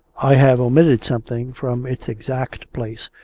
i have omitted something from its exact place,